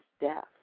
death